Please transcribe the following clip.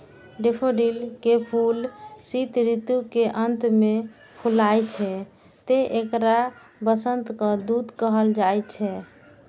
daffodil के फूल शीत ऋतु के अंत मे फुलाय छै, तें एकरा वसंतक दूत कहल जाइ छै